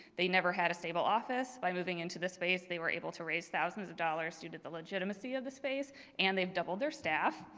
they never had a stable office. by moving into the space, they were able to raise thousands of dollars due to the legitimacy of the space and they've doubled their staff.